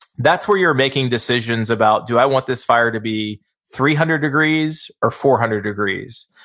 that's where you're making decisions about, do i want this fire to be three hundred degrees or four hundred degrees?